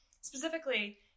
Specifically